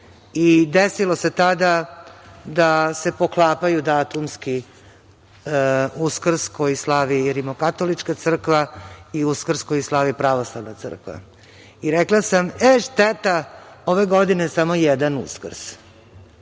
i desilo se tada da se poklapaju datumski Uskrs koji slavi i Rimokatolička crkva i Uskrs koji slavi Pravoslavna crkva. I, rekla sam – e, šteta ove godine samo jedan Uskrs